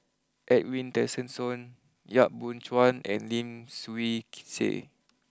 Edwin Tessensohn Yap Boon Chuan and Lim Swee Say